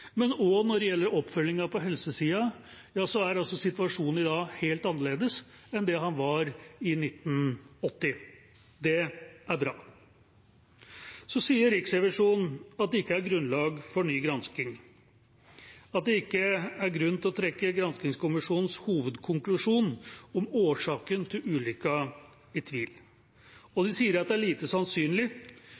og de offentlige regelverk, og også når det gjelder oppfølginga på helsesiden, er situasjonen i dag helt annerledes enn den var i 1980. Det er bra. Så sier Riksrevisjonen at det ikke er grunnlag for ny gransking, at det ikke er grunn til å trekke granskingskommisjonens hovedkonklusjon om årsaken til ulykken i tvil. De sier det er lite sannsynlig